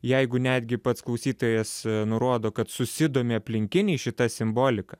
jeigu netgi pats klausytojas nurodo kad susidomi aplinkiniai šita simbolika